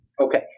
Okay